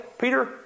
Peter